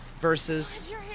versus